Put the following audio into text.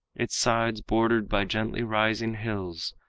its sides bordered by gently rising hills,